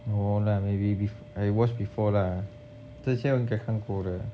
no lah maybe this I watch before lah 这些应该看过的